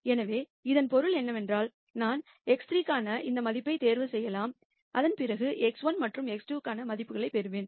எனவே இதன் பொருள் என்னவென்றால் நான் x3 க்கான எந்த மதிப்பையும் தேர்வு செய்யலாம் அதன்பிறகு x1 மற்றும் x2 க்கான மதிப்புகளைப் பெறுவேன்